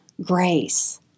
grace